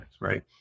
right